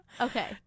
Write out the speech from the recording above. Okay